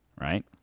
right